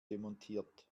demontiert